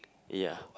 ya